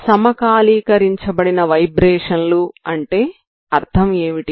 సమకాలీకరించబడిన vibration లు అంటే అర్థం ఏమిటి